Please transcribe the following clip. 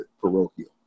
parochial